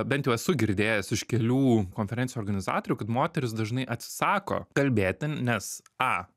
bent jau esu girdėjęs iš kelių konferencijų organizatorių kad moterys dažnai atsisako kalbėti nes a